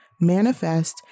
manifest